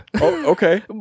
Okay